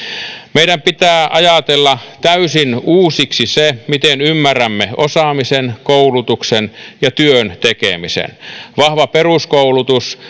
meidän pitää ajatella täysin uusiksi se miten ymmärrämme osaamisen koulutuksen ja työn tekemisen vahva peruskoulutus